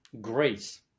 grace